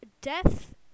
death